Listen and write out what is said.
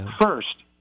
first